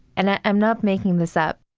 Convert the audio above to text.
and i'm not making this up,